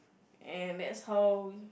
and that's how